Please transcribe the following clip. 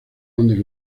dónde